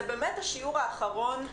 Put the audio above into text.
זה באמת השיעור האחרון שילדות צריכות ללמוד.